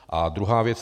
A druhá věc.